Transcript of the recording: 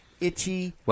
Itchy